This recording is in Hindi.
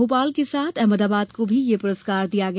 भोपाल के साथ अहमदाबाद को भी यह पुरस्कार दिया गया